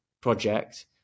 project